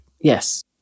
Yes